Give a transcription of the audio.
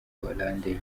hollande